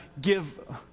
give